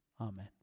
Amen